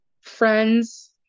friends